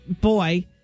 boy